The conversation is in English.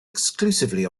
exclusively